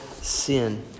sin